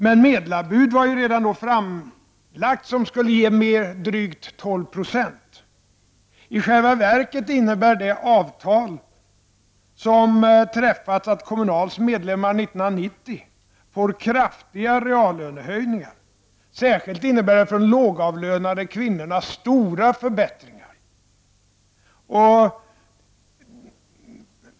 Men det medlarbud som skulle ge drygt 12 96 var ju då redan framlagt. I själva verket innebär det avtal som träffades att Kommunals medlemmar 1990 får kraftiga reallönehöjningar. Särskilt för de lågavlönade kvinnorna innebär avtalet stora förbättringar.